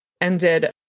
ended